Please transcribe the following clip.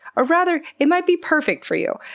ah rather, it might be perfect for you.